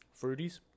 Fruities